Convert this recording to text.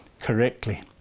correctly